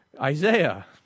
Isaiah